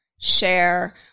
share